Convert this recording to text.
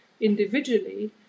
individually